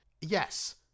Yes